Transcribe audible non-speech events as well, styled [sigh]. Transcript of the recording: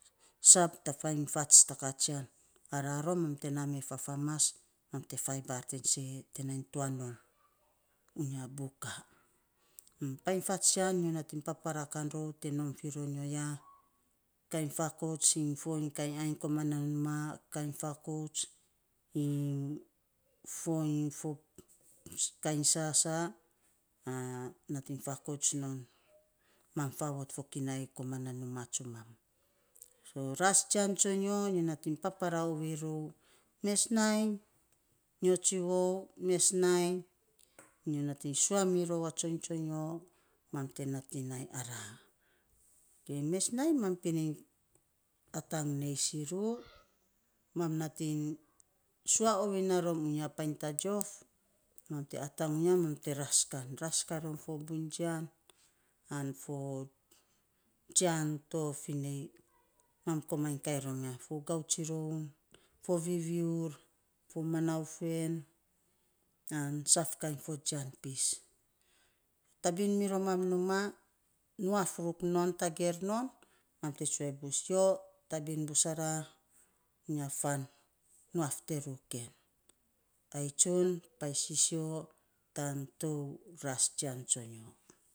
Sab te painy fats ta kaatsian araa rom mam te naa mee fafamas mam te faibaar ten sei ee te nai [noise] tuan non unya buka. [unintelligible] painy fats tsian nyo paparaa rou te nom fei rom nyo ya [noise] kainy faakoutsiny foiny kainy ainy koman na numaa, kainy faakouts iny foiny [unintelligible] fop kainy sa sa sa [hesitation] a nating faakouts non mam fokinai koman a numaa tsumam. [hesitation] ras jian tsonyo nyo nating paparaa ovei rou, mes nainy nyo tsivou, mes nainy nyo nating sua mirou a tsoiny tsonyo mam te nating nai araa ge mes nainy mam pin in atang nei sirru, mam nating sua ovei naa rom unya painy tajiof mam te atang unya mam te ras kan ras kainy rom fo buiny jian an jian to fi nei mam komainy kainy rom ya, fo gautsirom, fo viviur, fo manaufen an saf fo kain jian pis, tabin mirom numaa, nuaf ruk non tageer non ma te tsue bus yo tabin bus araa unya fan nuaf te run en. Ai tsun painy sisio tan tou ras jian tsonyo.